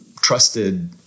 trusted